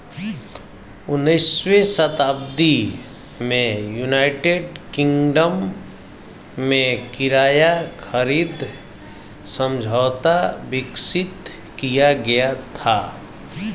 उन्नीसवीं शताब्दी में यूनाइटेड किंगडम में किराया खरीद समझौता विकसित किया गया था